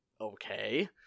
Okay